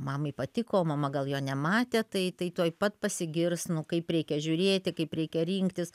mamai patiko mama gal jo nematė tai tai tuoj pat pasigirs nu kaip reikia žiūrėti kaip reikia rinktis